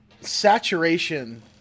saturation